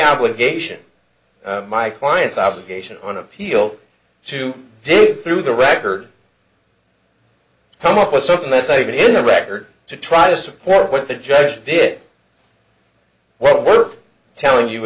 obligation my client's obligation on appeal to dig through the record come up with something that's not even in the record to try to support what the judge did well we're telling you